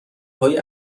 های